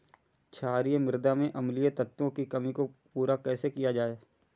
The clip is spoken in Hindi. क्षारीए मृदा में अम्लीय तत्वों की कमी को पूरा कैसे किया जाए?